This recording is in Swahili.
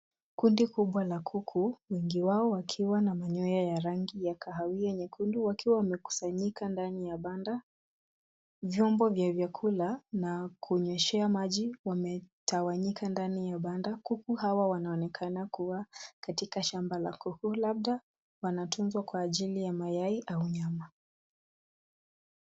Kundi kubwa la kuku, wengi wao wakiwa na manyoya ya rangi ya kahawia nyekundu wakiwa wamekusanyika ndani ya banda. Vyombo vya vyakula na kunyweshea maji wametawanyika ndani ya banda. Kuku hawa wanaonekana kuwa katika shamba la kuku labda wanatunzwa kwa ajili ya mayai au nyama.